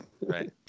right